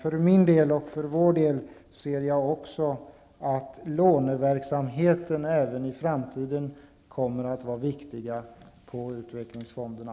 För min del, och för vår del, ser jag att låneverksamheten även i framtiden kommer att vara viktig för utvecklingsfonderna.